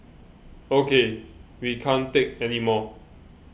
ok we can't take anymore